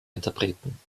interpreten